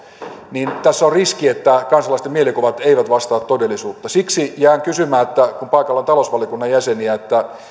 niin tässä on riski että kansalaisten mielikuvat eivät vastaa todellisuutta siksi jään kysymään kun paikalla on talousvaliokunnan jäseniä